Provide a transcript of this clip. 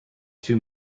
two